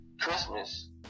Christmas